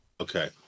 Okay